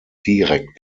direkt